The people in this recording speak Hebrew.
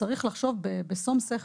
צריך לחשוב בשום שכל.